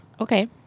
Okay